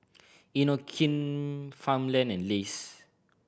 Inokim Farmland and Lays